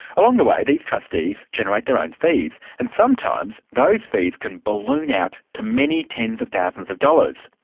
along the way, these trustees generate their own fees and sometimes those fees can balloon out to many tens of thousands of dollars.